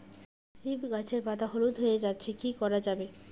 সীম গাছের পাতা হলুদ হয়ে যাচ্ছে কি করা যাবে?